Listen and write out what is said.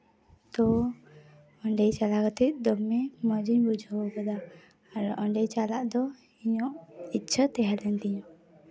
ᱛᱚ ᱚᱸᱰᱮ ᱪᱟᱞᱟᱣ ᱠᱟᱛᱮ ᱫᱚᱢᱮ ᱢᱚᱡᱤᱧ ᱵᱩᱡᱷᱟᱹᱣ ᱠᱟᱫᱟ ᱟᱨ ᱚᱸᱰᱮ ᱪᱟᱞᱟᱜ ᱫᱚ ᱤᱧ ᱦᱚᱸ ᱤᱪᱪᱷᱟᱹ ᱛᱟᱦᱮᱸ ᱞᱮᱱ ᱛᱤᱧᱟᱹ